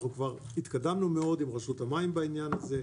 אנחנו התקדמנו מאוד עם רשות המים בעניין הזה.